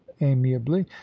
amiably